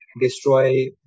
destroy